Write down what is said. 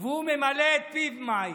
והוא ממלא את פיו מים,